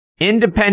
Independent